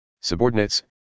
subordinates